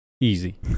easy